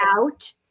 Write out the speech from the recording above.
out